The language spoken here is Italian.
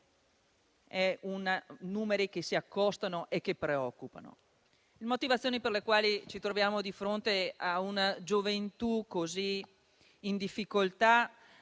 Sono numeri che si accostano e che preoccupano. Le motivazioni per le quali ci troviamo di fronte a una gioventù così in difficoltà